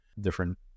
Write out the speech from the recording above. different